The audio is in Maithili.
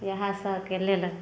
इएह सबके लेल